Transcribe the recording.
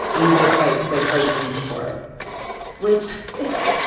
and we had a fight because i tried to reach for it which is so.